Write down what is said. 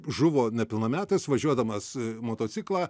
žuvo nepilnametis važiuodamas motociklą